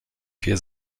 vier